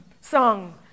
song